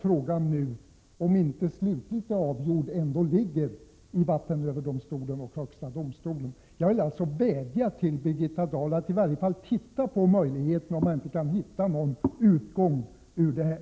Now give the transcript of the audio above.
Frågan är ännu inte slutligt avgjord, utan ligger hos vattenöverdomstolen och högsta domstolen. Jag vädjar till Birgitta Dahl att i varje fall undersöka möjligheterna att finna en utväg.